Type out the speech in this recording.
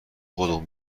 خودمون